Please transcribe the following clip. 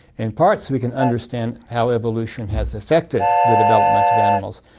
in part so we can understand how evolution has affected the development of animals,